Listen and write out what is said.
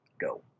go